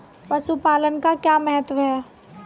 पशुपालन का क्या महत्व है?